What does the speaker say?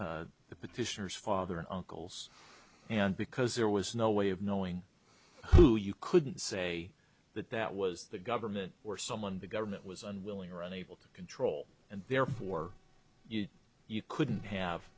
the petitioner's father and uncles and because there was no way of knowing who you could say that that was the government or someone the government was unwilling or unable to control and therefore you you couldn't